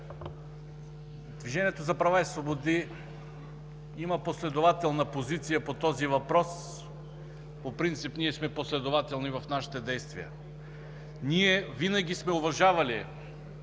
Движението за права и свободи има последователна позиция по този въпрос. По принцип ние сме последователни в нашите действия. Ние винаги сме уважавали